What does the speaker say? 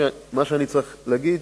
אני צריך להגיד: